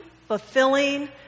fulfilling